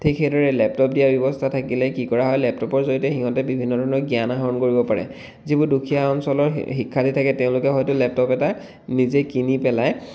ঠিক সেইদৰে লেপটপ দিয়াৰ ব্যৱস্থা থাকিলে কি কৰা হয় লেপটপৰ জৰিয়তে সিহঁতে বিভিন্ন ধৰণৰ জ্ঞান আহৰণ কৰিব পাৰে যিবোৰ দুখীয়া অঞ্চলৰ শিক্ষাৰ্থী থাকে তেওঁলোকে হয়তো লেপটপ এটা নিজেই কিনি পেলাই